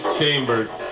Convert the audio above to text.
chambers